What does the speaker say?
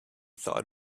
thought